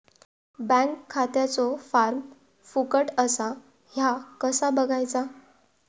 Bank खात्याचो form फुकट असा ह्या कसा बगायचा?